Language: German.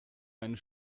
einen